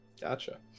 Gotcha